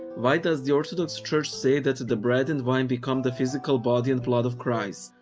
why does the orthodox church say that the bread and wine become the physical body and blood of christ?